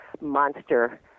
monster